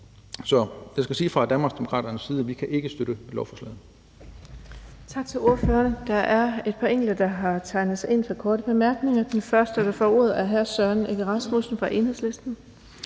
Så jeg skal sige fra Danmarksdemokraternes side, at vi ikke kan støtte lovforslaget. Kl. 19:30 Den fg. formand (Birgitte Vind): Tak til ordføreren. Der er et par enkelte, der er tegnet sig ind for korte bemærkninger. Den første, der får ordet, er hr. Søren Egge Rasmussen fra Enhedslisten.